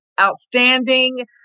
outstanding